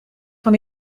van